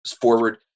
forward